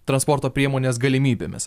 transporto priemonės galimybėmis